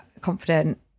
confident